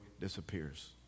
disappears